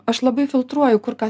aš labai filtruoju kur ką